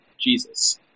Jesus